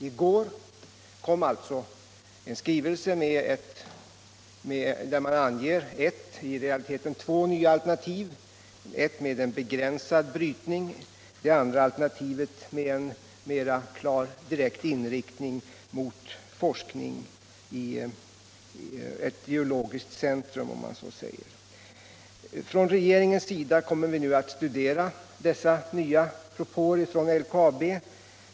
I går kom alltså en skrivelse där man anger ett, i realiteten två, alternativ — det ena med begränsad brytning, det andra med en mera direkt inriktning mot forskning, ett så att säga geologiskt centrum. Från regeringens sida kommer vi nu att studera. dessa nya propåer från LKAB.